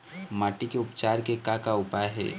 माटी के उपचार के का का उपाय हे?